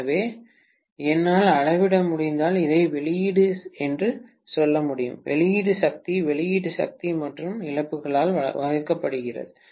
எனவே என்னால் அளவிட முடிந்தால் இதை வெளியீடு என்று சொல்ல முடியும் வெளியீட்டு சக்தி வெளியீட்டு சக்தி மற்றும் இழப்புகளால் வகுக்கப்படுகிறது